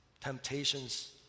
temptations